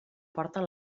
porten